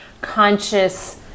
conscious